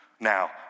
Now